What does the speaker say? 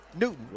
Newton